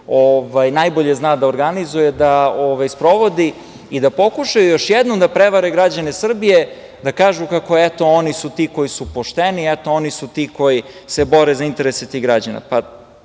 najbolje zna da organizuje, da sprovodi i da pokušaju još jednom da prevare građane Srbije, da kažu kako, eto, oni su ti koji su pošteni, eto, oni su ti koji se bore za interese tih građana.